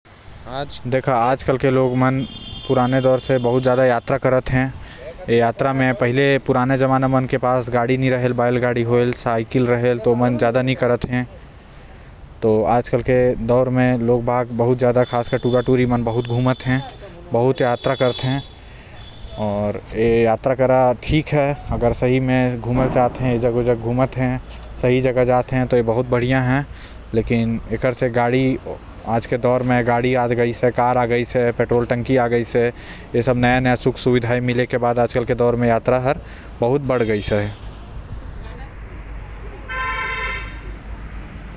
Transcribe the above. आज के जमाना के लोग पहिले के जमाना के हिसाब से बहुत यात्रा करते जेकर से प्रदूषण भी ज्यादा होएल काबर की पहले जमाना म बहुत से बहुत बैलगाड़ी हो गइस ए सब राहत रहीस।